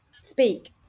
speak